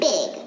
Big